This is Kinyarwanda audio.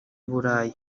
burayi